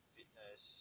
Fitness